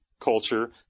culture